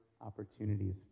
opportunities